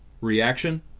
reaction